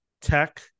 tech